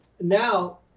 now